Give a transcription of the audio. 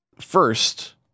First